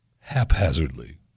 haphazardly